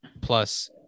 Plus